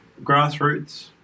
grassroots